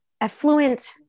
affluent